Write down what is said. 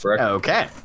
Okay